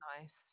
nice